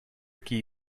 key